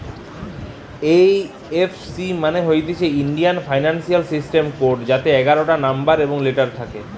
এই F C মানে হতিছে ইন্ডিয়ান ফিনান্সিয়াল সিস্টেম কোড যাতে এগারটা নম্বর এবং লেটার থাকে